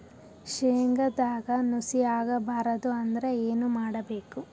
ಶೇಂಗದಾಗ ನುಸಿ ಆಗಬಾರದು ಅಂದ್ರ ಏನು ಮಾಡಬೇಕು?